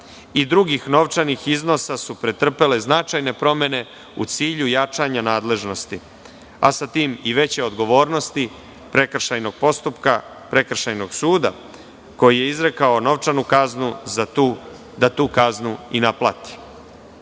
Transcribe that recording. i drugih novčanih iznosa su pretrpele značajne promene u cilju jačanja nadležnosti, a sa tim i veće odgovornosti prekršajnog postupka, prekršajnog suda koji je izrekao novčanu kaznu, da tu kaznu i naplati. Ovim